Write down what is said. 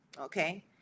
Okay